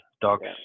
dogs